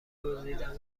دزدیدم